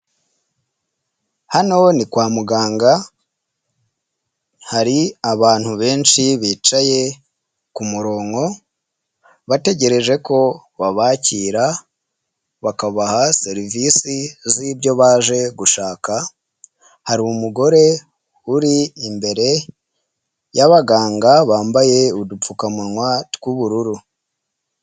Hano ni kwa muganga hari abantu benshi bicaye ku murongo bategereje ko babakira bakabaha serivisi z'ibyo baje gushaka, hari umugore uri imbere y'abaganga bambaye udupfukamunwa tw'ubururu.